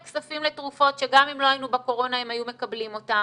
כספים לתרופות שגם אם לא היינו בקורונה הם היו מקבלים אותם.